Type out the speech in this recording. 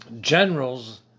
generals